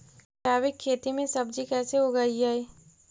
जैविक खेती में सब्जी कैसे उगइअई?